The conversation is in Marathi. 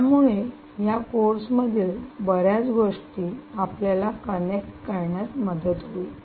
त्यामुळे या कोर्स मधील बर्याच गोष्टी आपल्याला कनेक्ट करण्यात मदत होईल